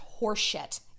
horseshit